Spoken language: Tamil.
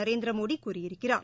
நரேந்திரமோடி கூறியிருக்கிறார்